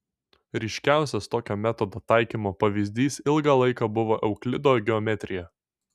ryškiausias tokio metodo taikymo pavyzdys ilgą laiką buvo euklido geometrija